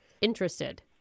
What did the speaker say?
interested